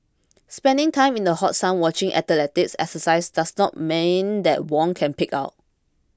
spending time in the hot sun watching athletes exercise does not mean that Wong can pig out